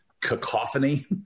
cacophony